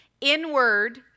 inward